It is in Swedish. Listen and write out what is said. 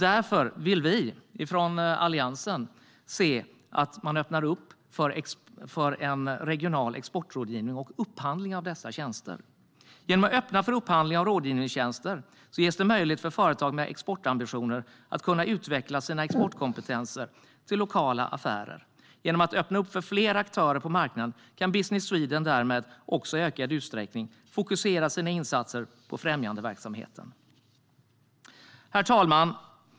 Därför vill vi i Alliansen se att man öppnar upp för en regional exportrådgivning och upphandling av dessa tjänster. Genom att öppna för upphandling av rådgivningstjänster ges möjlighet för företag med exportambitioner att utveckla sina exportkompetenser till lokala affärer. Genom att öppna upp för fler aktörer på marknaden kan Business Sweden därmed i ökad utsträckning fokusera sina insatser på främjandeverksamhet. Herr talman!